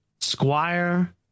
squire